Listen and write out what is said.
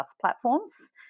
platforms